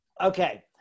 Okay